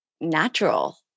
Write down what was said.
natural